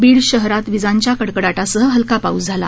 बीड शहरात विजांच्या कडकडाटासह हलका पाऊस झाला